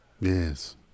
Yes